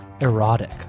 Erotic